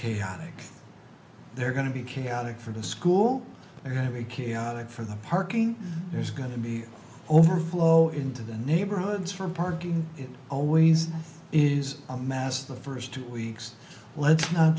chaotic they're going to be chaotic for the school are going to be chaotic for the parking there's going to be overflow into the neighborhoods from parking it always is a mass the first two weeks let's